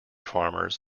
farmers